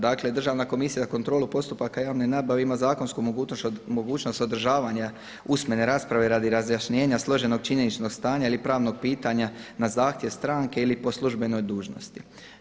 Dakle, Državna komisija za kontrolu postupaka javne nabave ima zakonsku mogućnost održavanja usmene rasprave radi razjašnjenja složenog činjeničnog stanja ili pravnog pitanja na zahtjev stranke ili po službenoj dužnosti.